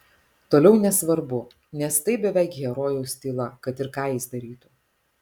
toliau nesvarbu nes tai beveik herojaus tyla kad ir ką jis darytų